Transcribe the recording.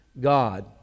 God